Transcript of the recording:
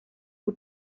who